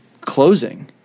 closing